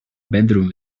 bedroom